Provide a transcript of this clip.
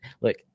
Look